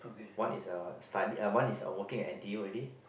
one is uh studying uh one is working in N_T_U already